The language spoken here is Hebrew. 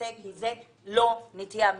מכסה כי זה לא נטייה מינית,